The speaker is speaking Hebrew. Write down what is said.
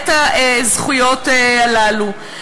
את הזכויות הללו?